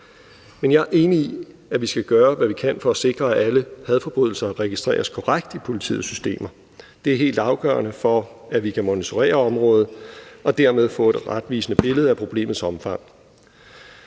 Men jeg er enig i, at vi skal gøre, hvad vi kan, for at sikre, at alle hadforbrydelser registreres korrekt i politiets systemer. Det er helt afgørende, for at vi kan monitorere området og dermed få et retvisende billede af problemets omfang.